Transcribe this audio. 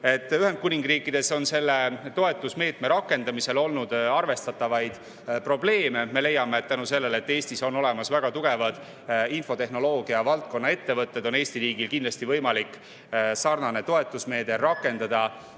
Ühendkuningriigis on selle toetusmeetme rakendamisel olnud arvestatavaid probleeme. Me leiame, et tänu sellele, et Eestis on olemas väga tugevad infotehnoloogia valdkonna ettevõtted, on Eesti riigil kindlasti võimalik sarnast toetusmeedet rakendada